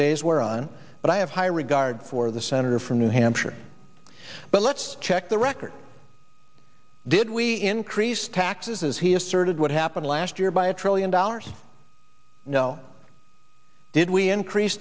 days wear on but i have high regard for the senator from new hampshire but let's check the record did we increase taxes as he asserted what happened last year by a trillion dollars no did we increase